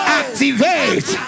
activate